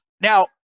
Now